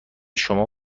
شما